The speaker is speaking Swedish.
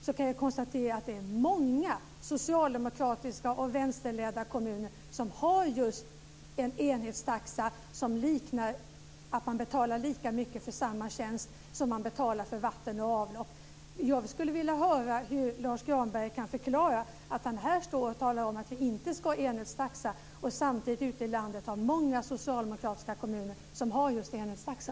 Jag kan konstatera att det är många socialdemokratiska och vänsterledda kommuner som har just en enhetstaxa som innebär att man betalar lika mycket för samma tjänst, precis som när man betalar för vatten och avlopp. Jag skulle vilja höra hur Lars Granberg kan förklara att han här står och talar om att vi inte ska ha enhetstaxa samtidigt som det ute i landet finns många socialdemokratiska kommuner som har just enhetstaxa.